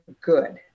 good